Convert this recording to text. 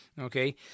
Okay